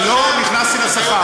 אני לא נכנסתי לשכר.